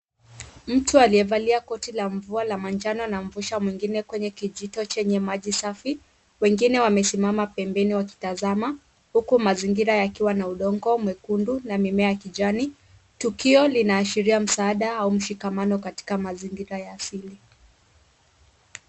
Mtu aliyevalia koti la mvua ya manjano anamvusha mwingine katika kijito chenye maji safi, wengine wamesimama pembeni wakitazama huku mazingira yakiwa na udongo mwekundu na mimea ya kijani tukio lina ashiria msaada au mshikamano katika mazingira ya asili.